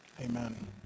amen